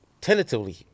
Tentatively